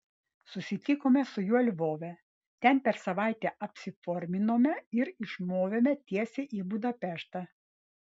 susitikome su juo lvove ten per savaitę apsiforminome ir išmovėme tiesiai į budapeštą